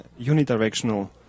unidirectional